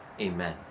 Amen